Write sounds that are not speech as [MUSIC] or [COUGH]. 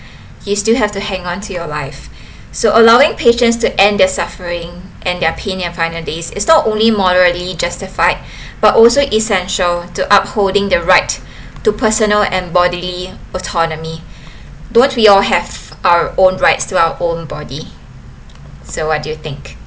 he still have to hang on to your life so allowing patients to end their suffering and their pain in final days it's not only morally justified but also essential to upholding the right to personal and bodily autonomy [BREATH] don't we all have our own rights to our own body so what do you think